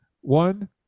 One